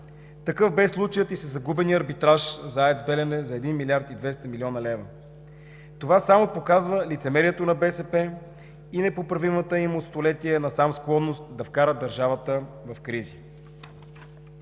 Такъв бе случаят и със загубения арбитраж за АЕЦ „Белене“ за 1 млрд. 200 млн. лв. Това само показва лицемерието на БСП и непоправимата им от столетие насам склонност да вкарва държавата в кризи.